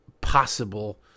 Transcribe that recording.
possible